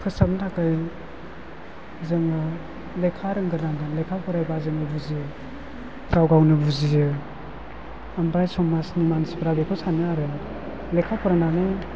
फोसाबनो थाखाय जोङो लेखा रोंगोरनांगोन लेखा फरायबा जों बुजियो गाव गावनो बुजियो ओमफ्राय समाजनि मानसिफ्रा बेखौ सानो आरो लेखाखौ फरायनानै